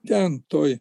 ten toj